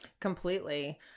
Completely